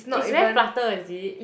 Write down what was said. it's very flutter is it